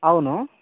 అవును